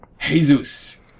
Jesus